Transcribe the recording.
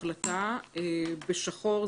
יחד עם כל הצוות שלה הם עבדו לילות כימים.